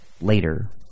later